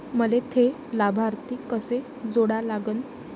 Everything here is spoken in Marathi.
मले थे लाभार्थी कसे जोडा लागन?